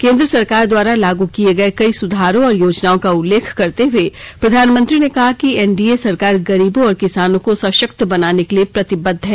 केन्द्र सरकार द्वारा लागू किए गए कई सुधारों और योजनाओं का उल्लेख करते हुए प्रधानमंत्री ने कहा कि एनडीए सरकार गरीबों और किसानों को सशक्त बनाने के लिए प्रतिबद्ध है